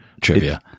trivia